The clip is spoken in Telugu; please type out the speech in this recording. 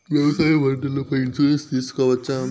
వ్యవసాయ పంటల పై ఇన్సూరెన్సు తీసుకోవచ్చా?